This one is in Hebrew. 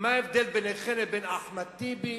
מה ההבדל ביניכם לבין לבין אחמד טיבי